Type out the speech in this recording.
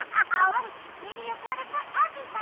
um ah that was plenty of water for everybody!